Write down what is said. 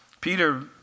Peter